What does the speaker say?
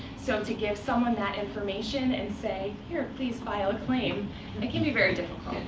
so to give someone that information and say, here, please file a claim it can be very.